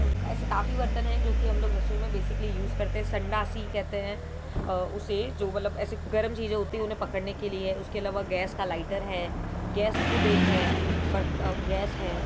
ऐसे काफ़ी बर्तन हैं जो कि हम लोग रसोई में बेसिकली यूज़ करते हैं संडासी कहते है उसे जो मतलब ऐसे गरम चीज़ें होती हैं उन्हें पकड़ने के लिए उसके अलावा गैस का लाइटर है गैस खुद एक है गैस है